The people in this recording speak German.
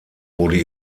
wurde